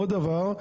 עוד דבר,